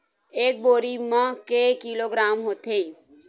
एक बोरी म के किलोग्राम होथे?